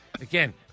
Again